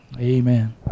Amen